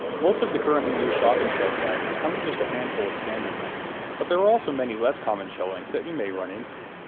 most of the currently-used shotgun shell sizes come in just a handful of standard lengths, but there are also many less-common shell lengths that you may run into.